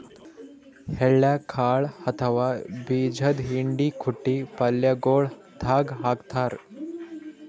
ಎಳ್ಳ ಕಾಳ್ ಅಥವಾ ಬೀಜದ್ದು ಹಿಂಡಿ ಕುಟ್ಟಿ ಪಲ್ಯಗೊಳ್ ದಾಗ್ ಹಾಕ್ತಾರ್